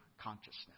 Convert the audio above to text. consciousness